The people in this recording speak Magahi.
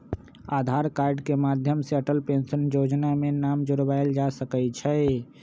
आधार कार्ड के माध्यम से अटल पेंशन जोजना में नाम जोरबायल जा सकइ छै